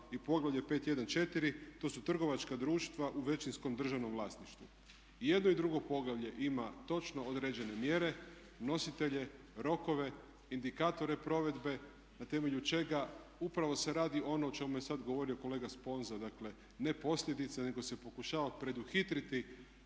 i poglavlje 514 to su trgovačka društva u većinskom državnom vlasništvu. I jedno i drugo poglavlje ima točno određene mjere, nositelje, rokove, indikatore provedbe na temelju čega upravo se radi ono o čemu je sad govorio kolega Sponza. Dakle, ne posljedice nego se pokušava preduhitriti